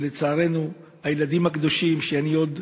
ולצערנו, הילדים הקדושים, ואני עוד